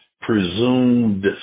presumed